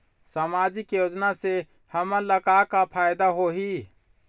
सामाजिक योजना से हमन ला का का फायदा होही?